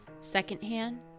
Secondhand